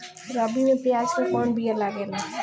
रबी में प्याज के कौन बीया लागेला?